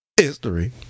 History